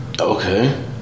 Okay